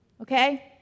okay